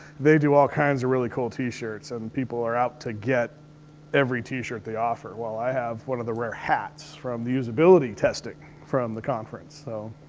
they do all kinds of really cool t-shirts, and people are out to get every t-shirt they offer. well, i have one of the rare hats from the usability testing from the conference, so.